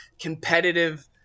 competitive